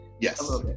Yes